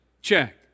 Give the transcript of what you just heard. check